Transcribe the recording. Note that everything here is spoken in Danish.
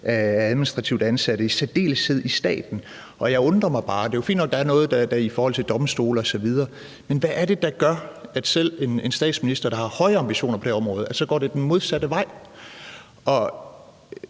af administrativt ansatte i særdeleshed i staten, og jeg undrer mig bare. Det er fint nok, at det er sådan, når det handler om domstole osv., men hvad er det, der gør, at det selv med en statsminister, der har høje ambitioner på det her område, går den modsatte vej?